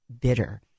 bitter